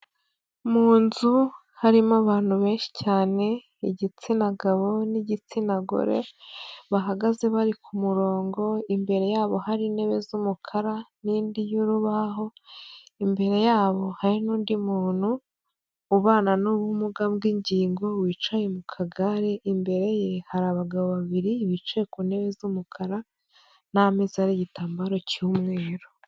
Mu nzu harimo abantu benshi cyane igitsina gabo n'igitsina gore bahagaze bari ku murongo imbere yabo hari intebe z'umukara n'indi y'urubaho, imbere yabo hari n'undi muntu ubana n'ubumuga bw'ingingo wicaye mu kagare imbere ye hari abagabo babiri bicaye ku ntebe z'umukara n'ameza ariho igitambaro cy'umweru.